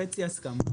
חצי הסכמה.